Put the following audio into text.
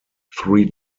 three